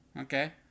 Okay